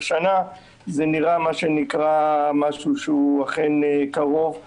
שנה זה נראה משהו שהוא אכן קרוב למציאות.